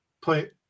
play